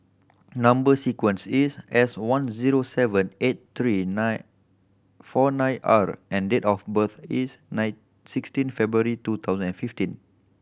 number sequence is S one zero seven eight three nine four nine R and date of birth is nine sixteen February two thousand and fifteen